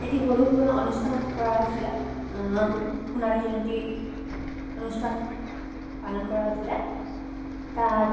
এটি সৰু সুৰা অনুষ্ঠান কৰা হৈছিলে সোণালী জয়ন্তী অনুষ্ঠান পালন কৰা হৈছিলে তাত